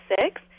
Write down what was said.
six